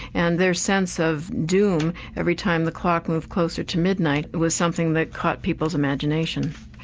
and their sense of doom every time the clock moved closer to midnight, was something that caught people's imagination.